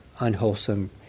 unwholesome